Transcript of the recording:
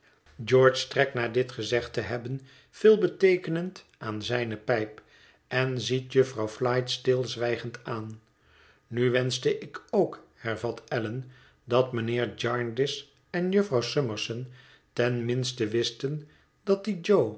george trekt na dit gezegd te hebben veelbeteekenend het verlaten huis aan zijne pijp en ziet jufvrouw elite stilzwijgend aan nu wenschte ik ook hervat allan dat mijnheer jarndyce en jufvrouw summerson ten minste wisten dat die